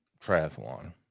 triathlon